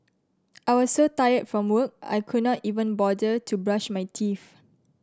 I was so tired from work I could not even bother to brush my teeth